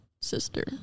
sister